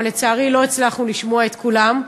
אבל לצערי לא הצלחנו לשמוע את כולם,